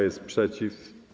jest przeciw?